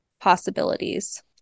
possibilities